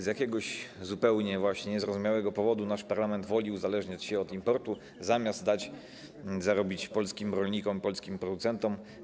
Z jakiegoś zupełnie niezrozumiałego powodu nasz parlament woli uzależniać się od importu, zamiast dać zarobić polskim rolnikom, polskim producentom.